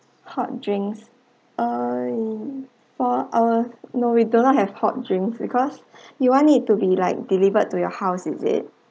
hot drinks uh for our no we do not have hot drink because you want it to be like delivered to your house is it